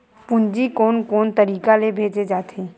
पूंजी कोन कोन तरीका ले भेजे जाथे?